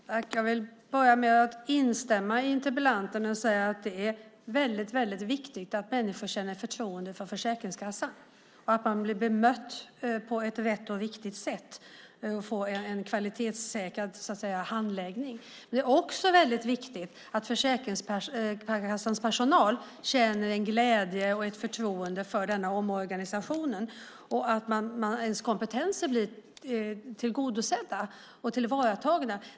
Herr talman! Jag vill börja med att instämma med interpellanten och säga att det är väldigt viktigt att människor känner förtroende för Försäkringskassan och att man blir bemött på ett rätt och riktigt sätt och får en så att säga kvalitetssäkrad handläggning. Det är också väldigt viktigt att Försäkringskassans personal känner en glädje och ett förtroende för denna omorganisation och att ens kompetens blir tillgodosedd och tillvaratagen.